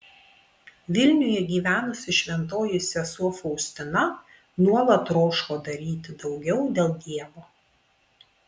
vilniuje gyvenusi šventoji sesuo faustina nuolat troško daryti daugiau dėl dievo